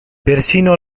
persino